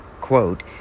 quote